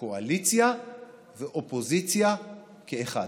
קואליציה ואופוזיציה כאחד.